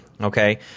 Okay